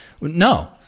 No